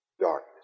darkness